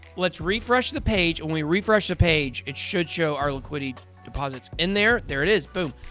let's refresh the page. when we refresh the page, it should show our liquidity deposits in there. there it is, boom!